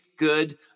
good